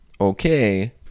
Okay